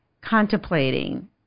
contemplating